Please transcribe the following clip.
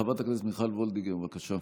חברת הכנסת מיכל וולדיגר, בבקשה.